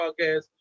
podcast